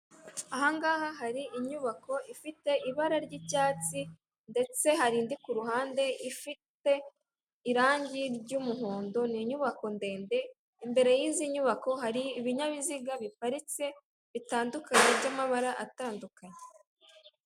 Aha ngaha hari inyubako ifite ibara ry'icyatsi ndetse hari indi kuruhande ifite irangi ry'umuhondo, ni inyubako ndende imbere y'izi nyubako hari ibinyabiziga biparitse, bitandukanye by'amabara atandukanye.